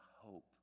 hope